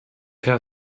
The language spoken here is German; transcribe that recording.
herr